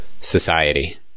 society